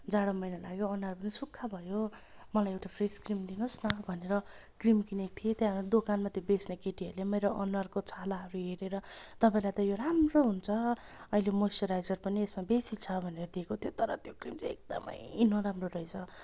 जाडो महिना लाग्यो अनुहार पनि सुक्खा भयो मलाई एउटा फेस क्रिम दिनुहोस् न भनेर क्रिम किनेको थिएँ त्यहाँ दोकानमा त्यो बेच्ने केटीहरूले मेरो अनुहारको छालाहरू हेरेर तपाईँलाई त यो राम्रो हुन्छ अहिले मोइस्चराइजर पनि यसमा बेसी छ भनेर दिएको त्यो तर त्यो क्रिम चाहिँ एकदमै नराम्रो रहेछ